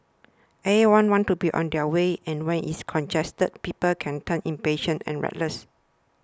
everyone wants to be on their way and when it's congested people can turn impatient and reckless